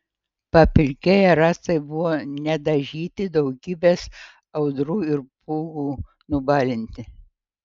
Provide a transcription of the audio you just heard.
papilkėję rąstai buvo nedažyti daugybės audrų ir pūgų nubalinti